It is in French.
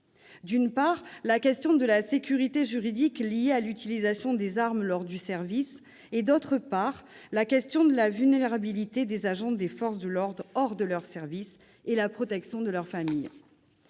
d'une part, la question de la sécurité juridique de l'utilisation des armes pendant le service et, d'autre part, la question de la vulnérabilité des agents des forces de l'ordre en dehors de leur service ainsi que la protection de leur famille.